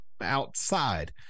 outside